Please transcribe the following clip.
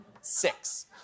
six